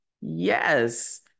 Yes